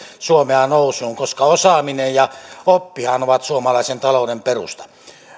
suomea nousuun koska osaaminen ja oppihan ovat suomalaisen talouden perusta